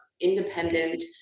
independent